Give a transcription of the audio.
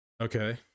Okay